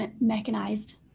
mechanized